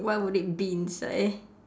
what would it be inside